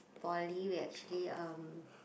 Poly we actually um